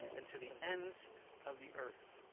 and to the ends of the earth.